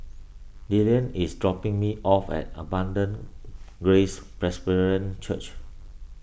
Dillan is dropping me off at Abundant Grace Presbyterian Church